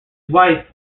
wife